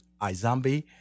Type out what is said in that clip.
iZombie